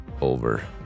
over